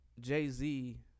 Jay-Z